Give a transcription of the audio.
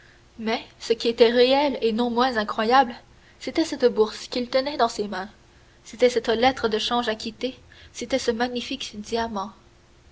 mais ce qui était réel et non moins incroyable c'était cette bourse qu'il tenait dans ses mains c'était cette lettre de change acquittée c'était ce magnifique diamant